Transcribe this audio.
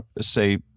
say